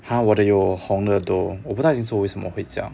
!huh! 我的有红的 though 我不太清楚为什么会这样